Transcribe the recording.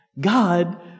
God